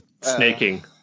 snaking